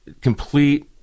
complete